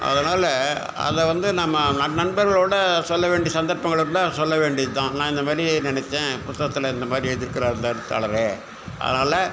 அதனால அதை வந்து நம்ம நண்பர்களோட சொல்ல வேண்டிய சந்தர்ப்பங்கள் இருந்தால் சொல்ல வேண்டியது தான் நான் இந்தமாதிரி நினச்சேன் புத்தகத்தில் இந்தமாதிரி எழுதிருக்குறாரு அந்த எழுத்தாளர் அதனால்